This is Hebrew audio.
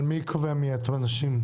כן, אבל מי קובע מי אותם אנשים?